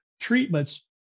treatments